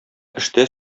эштә